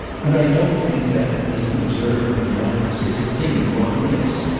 and i don't think that, as an observer of manners, it's a thing you ought to miss.